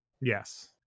yes